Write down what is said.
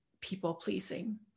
people-pleasing